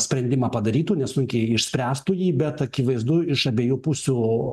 sprendimą padarytų nesunkiai išspręstų jį bet akivaizdu iš abiejų pusių